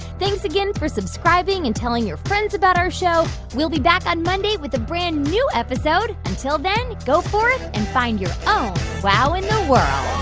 thanks again for subscribing and telling your friends about our show. we'll be back on monday with a brand new episode. until then, go forth and find your own wow in the world